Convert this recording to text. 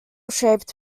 shaped